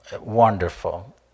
wonderful